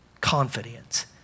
Confidence